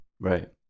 Right